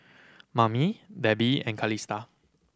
Mamie Debi and Calista